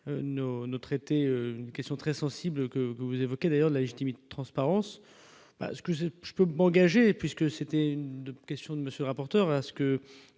nos traiter une question très sensible que vous évoquez d'ailleurs la légitimité transparence ce que je, je peux m'engager puisque c'était de questions de monsieur rapportera à ce que